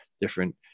different